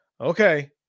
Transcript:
Okay